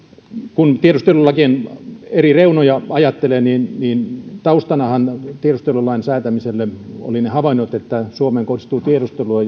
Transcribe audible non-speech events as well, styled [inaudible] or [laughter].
kun tiedustelulakien eri reunoja ajattelee niin niin taustanahan tiedustelulakien säätämiselle olivat ne havainnot että suomeen kohdistuu tiedustelua [unintelligible]